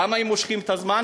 למה הם מושכים את הזמן?